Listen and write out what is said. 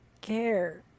care